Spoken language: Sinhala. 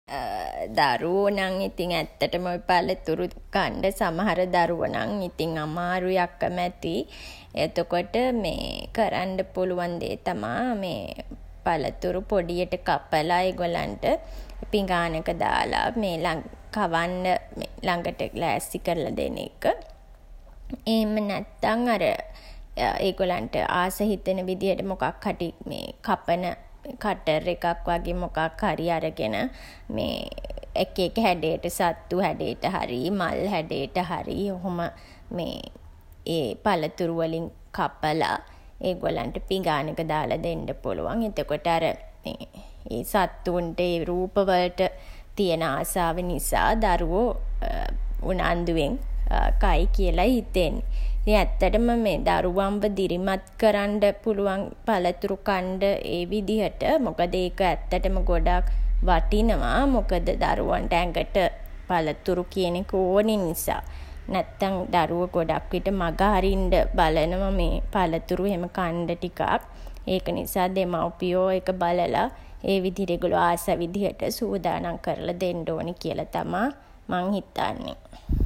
දරුවෝ නම් ඉතින් ඇත්තටම පළතුරුත් කන්ඩ සමහර දරුවෝ නම් ඉතින් අමාරුයි අකමැතියි. එතකොට කරන්ඩ පුළුවන් දේ තමා මේ පළතුරු පොඩියට කපලා ඒගොල්ලන්ට පිඟානක දාලා කවන්න ළඟට ලෑස්ති කරලා දෙන එක. එහෙම නැත්තන් අර ඒගොල්ලන්ට ආස හිතෙන විදියට මොකක් හරි කපන කටර් එකක් වගේ මොකක් හරි අරගෙන එක එක හැඩයට සත්තු හැඩයට හරි, මල් හැඩයට හරි ඔහොම ඒ පළතුරු වලින් කපලා ඒගොල්ලන්ට පිඟානක දාලා දෙන්න පුළුවන්. එතකොට අර සත්තුන්ට ඒ රූප වලට තියන ආසාව නිසා දරුවෝ උනන්දුවෙන් කයි කියලයි හිතෙන්නේ. ඉතින් ඇත්තටම මේ දරුවන්ව දිරිමත් කරන්ඩ පුළුවන් පළතුරු කන්ඩ ඒ විදිහට. මොකද ඒක ඇත්තටම ගොඩක් වටිනවා. මොකද දරුවන්ට ඇඟට පළතුරු කියන එක ඕන නිසා. නැත්තන් දරුවෝ ගොඩක් විට මඟ අරින්ඩ බලනවා මේ පළතුරු එහෙම කන්ඩ ටිකක්. ඒක නිසා දෙමව්පියෝ ඒක බලලා ඒ විදිහට ඒගොල්ලෝ ආස විදිහට සූදානම් කරලා දෙන්ඩ ඕනේ කියලා තමා මං හිතන්නේ.